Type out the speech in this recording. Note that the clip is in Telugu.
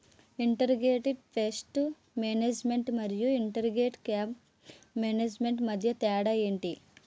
ఇంటిగ్రేటెడ్ పేస్ట్ మేనేజ్మెంట్ మరియు ఇంటిగ్రేటెడ్ క్రాప్ మేనేజ్మెంట్ మధ్య తేడా ఏంటి